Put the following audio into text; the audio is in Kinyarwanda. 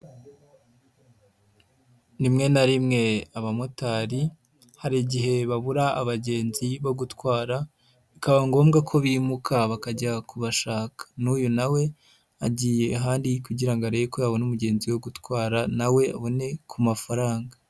Rimwe na rimwe abamotari hari igihe babura abagenzi bo gutwara, bikaba ngombwa ko bimuka bakajya kubashaka, n'uyu nawe agiye ahandi kugira ngo arebe ko abona umugenzi wogutwara nawe abone ku mafaranga.